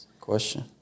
question